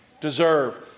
deserve